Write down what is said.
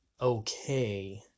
okay